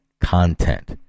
content